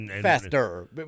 Faster